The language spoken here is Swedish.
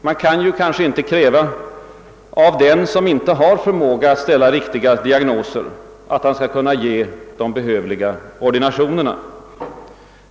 Man kan kanske inte kräva av den som inte har förmåga att ställa riktiga diagnoser, att han skall kunna ge de behövliga ordinationerna.